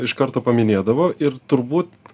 iš karto paminėdavo ir turbūt